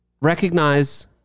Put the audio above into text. recognize